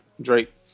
Drake